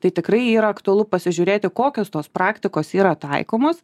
tai tikrai yra aktualu pasižiūrėti kokios tos praktikos yra taikomos